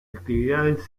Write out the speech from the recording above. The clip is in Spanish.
actividades